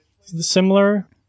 similar